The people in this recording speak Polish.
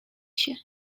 się